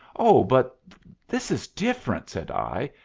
oh, but this is different, said i.